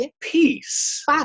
peace